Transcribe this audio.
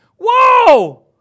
Whoa